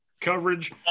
coverage